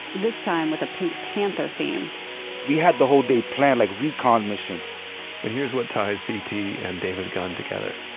this time, with a pink panther theme we had the whole day planned, like recon mission and here's what ties cete and david gunn together.